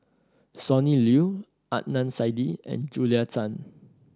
Sonny Liew Adnan Saidi and Julia Tan